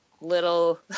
Little